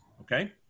Okay